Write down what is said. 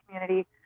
community